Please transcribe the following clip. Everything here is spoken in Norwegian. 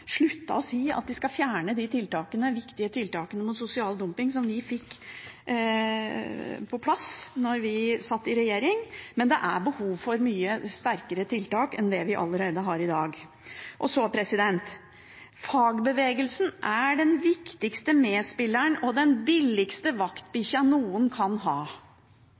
at de skal fjerne de viktige tiltakene mot sosial dumping som vi fikk på plass da vi satt i regjering. Men det er behov for mye sterkere tiltak enn dem vi allerede har i dag. Og så: Fagbevegelsen er den viktigste medspilleren og den billigste vaktbikkja noen kan ha.